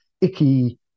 icky